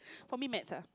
for me maths ah